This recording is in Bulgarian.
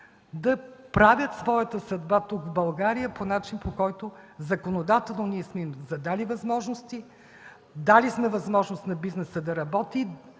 да правят своята съдба тук, в България, по начин, по който законодателно сме им задали възможности, дали сме възможност на бизнеса да работи,